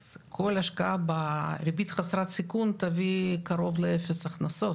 אז כל השקעה בריבית חסרת סיכון תביא קרוב לאפס הכנסות,